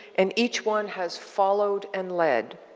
and each one has followed and lead.